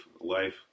life